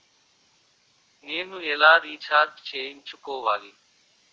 నేను ఎలా రీఛార్జ్ చేయించుకోవాలి?